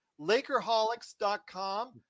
LakerHolics.com